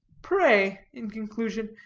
pray, in conclusion,